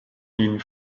ihn